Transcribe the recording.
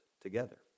together